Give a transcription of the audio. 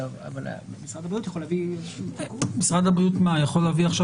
אבל משרד הבריאות יכול להביא --- משרד הבריאות יכול להביא עכשיו?